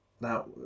Now